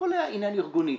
הכול היה עניין ארגוני.